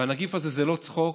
והנגיף הזה זה לא צחוק,